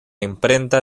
imprenta